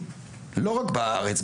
לא רק בארץ,